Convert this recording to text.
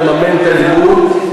כדי לממן את הלימוד,